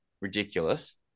ridiculous